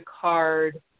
card